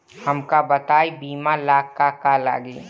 हमका बताई बीमा ला का का लागी?